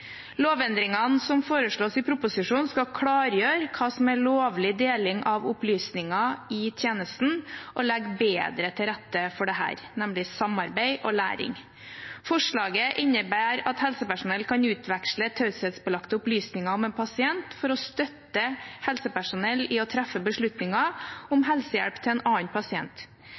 Lovendringene som foreslås i proposisjonen, skal klargjøre hva som er lovlig deling av opplysninger i tjenesten, og legge bedre til rette for samarbeid og læring. Forslaget innebærer at helsepersonell kan utveksle taushetsbelagte opplysninger om en pasient for å støtte helsepersonell i å treffe beslutninger om helsehjelp til en annen pasient.